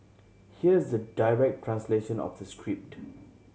here's the direct translation of the script